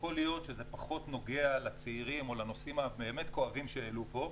יכול להיות שזה פחות נוגע לצעירים או לנושאים הבאת כואבים שהעלו פה,